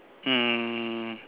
um